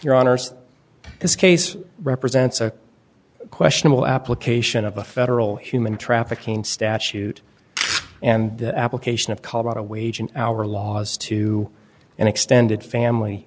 honor this case represents a questionable application of a federal human trafficking statute and the application of colorado wage and hour laws to an extended family